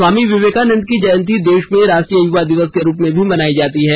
स्वामी विवेकानंद की जयंती देश में राष्ट्रीय युवा दिवस के रूप में भी मनाई जाती है